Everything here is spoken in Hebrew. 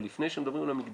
אבל לפני שמדברים על המגדרי